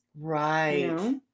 Right